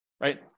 right